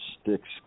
sticks